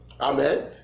Amen